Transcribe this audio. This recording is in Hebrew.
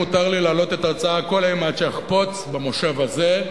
הסיכום הוא שמותר לי להעלות את ההצעה כל אימת שאחפוץ במושב הזה,